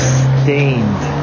stained